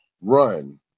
run